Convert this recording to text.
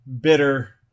bitter